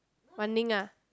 Wan-Ning ah